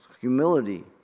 humility